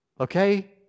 Okay